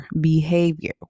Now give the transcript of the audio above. behavior